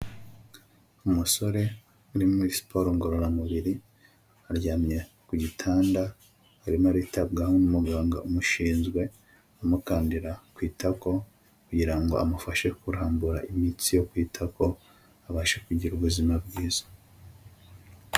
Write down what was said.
Umusore uri muri siporo ngororamubiri aryamye ku gitanda arimo aritabwaho n'umuganga umushinzwe, amukandira ku itako kugira ngo amufashe kurambura imitsi yo ku itako abashe kugira ubuzima bwiza.